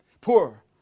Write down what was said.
poor